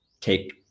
take